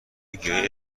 گیاهی